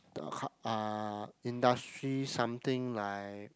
uh industry something like